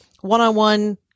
one-on-one